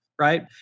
right